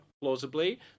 plausibly